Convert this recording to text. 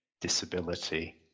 disability